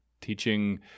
teaching